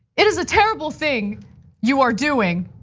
it is a terrible thing you are doing,